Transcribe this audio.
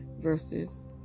versus